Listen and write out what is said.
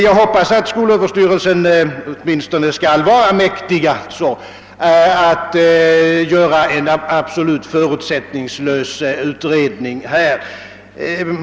Jag hoppas att skolöverstyrelsen åtminstone skall vara mäktig att göra en absolut förutsättningslös utredning.